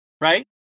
right